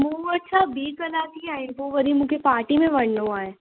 मूं वटि छा ॿी कलाक ई आहिनि पोइ वरी मूंखे पार्टी में वञिणो आहे